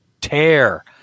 tear